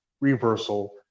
reversal